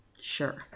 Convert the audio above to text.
sure